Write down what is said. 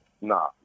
Nah